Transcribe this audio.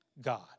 God